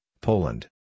Poland